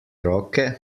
roke